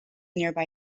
nearby